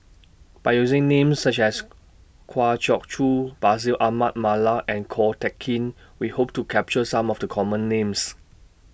By using Names such as Kwa Geok Choo Bashir Ahmad Mallal and Ko Teck Kin We Hope to capture Some of The Common Names